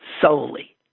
solely